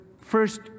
first